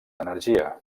energia